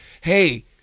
hey